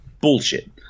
bullshit